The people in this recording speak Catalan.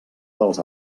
dels